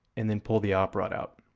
and then pull the op-rod out.